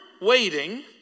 waiting